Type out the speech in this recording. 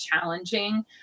challenging